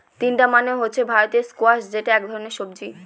তিনডা মানে হচ্ছে ভারতীয় স্কোয়াশ যেটা এক ধরনের সবজি